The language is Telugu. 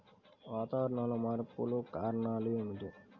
వాతావరణంలో మార్పులకు కారణాలు ఏమిటి?